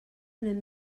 anem